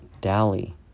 Dally